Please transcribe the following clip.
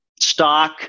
stock